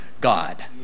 god